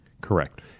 Correct